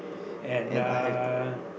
and uh